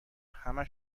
همه